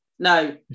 No